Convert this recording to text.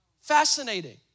Fascinating